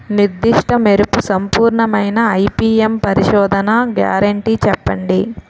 నిర్దిష్ట మెరుపు సంపూర్ణమైన ఐ.పీ.ఎం పరిశోధన గ్యారంటీ చెప్పండి?